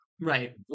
Right